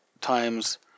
times